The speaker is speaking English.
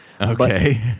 Okay